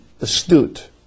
astute